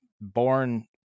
born